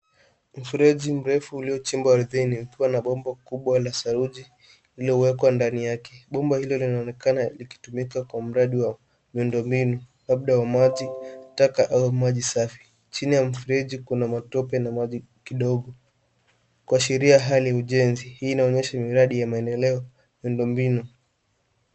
Mfereji mrefu uliochimbwa ardhini, ukiwa na bomba kubwa la saruji lililowekwa ndani yake. Bomba hilo linaonekana likitumika kwa mradi wa miundo mbinu, labda wa maji taka au maji safi. Chini ya mfereji kuna matope na maji kidogo, kuashiria hali ya ujenzi. Hii inaonyesha miradi ya maendeleo miundo mbinu.